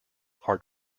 are